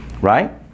Right